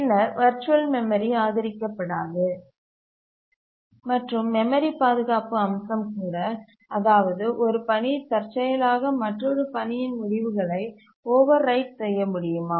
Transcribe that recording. பின்னர் virtual memory ஆதரிக்கப்படாது மற்றும் மெமரி பாதுகாப்பு அம்சம் கூட அதாவது ஒரு பணி தற்செயலாக மற்றொரு பணியின் முடிவுகளை ஓவர்ரைட் செய்ய முடியுமா